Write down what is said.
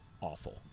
awful